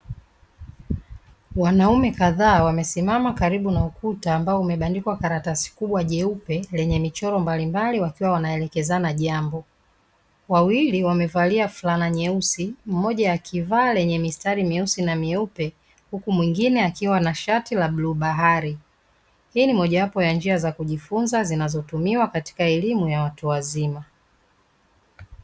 Wanaume kadhaa wamesimama karibu na ukuta ambao umebandikwa karatasi kubwa jeupe lenye michoro mbalimbali, wakiwa wanaelekezana jambo, wawili wamevalia furana nyeusi, mmoja akivaa lenye mistari myeusi na myeupe huku mwingine akiwa na shati la bluu bahari, hii ni moja wapo ya njia kujifunza zinazotumiwa katika elimu ya watu wazima.